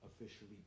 officially